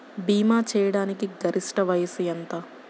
భీమా చేయాటానికి గరిష్ట వయస్సు ఎంత?